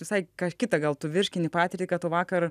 visai ką kita gal tu virškini patirtį kad tau vakar